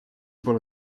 pole